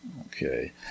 Okay